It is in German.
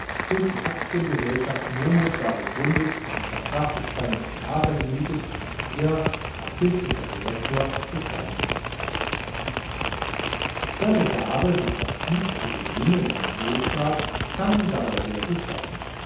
und die aktiengesellschaft momus war gegründet ein verkrachtes kleines theater gemietet und er artistischer direktor des ganzen seine gabe sich auch klug zu benehmen wenn es not that kam ihm dabei sehr zu